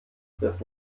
bis